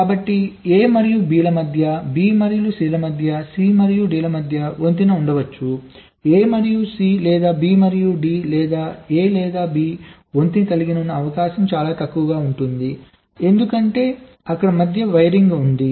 కాబట్టి A మరియు B ల మధ్య B మరియు C ల మధ్య C మరియు D ల మధ్య వంతెన ఉండవచ్చు A మరియు C లేదా B మరియు D లేదా A లేదా D వంతెన కలిగి ఉన్న అవకాశం చాలా తక్కువగా ఉంటుంది ఎందుకంటే అక్కడ మధ్య వైరింగ్ ఉంది